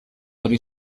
hori